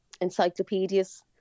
encyclopedias